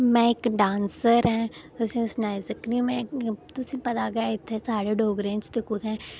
में इक्क डांसर आं तुसें ई सनाई सकनीं में तुसें ई पता गै इत्थै साढ़े डोगरें च ते कुत्थै